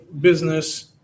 business